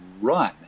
Run